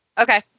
Okay